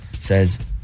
says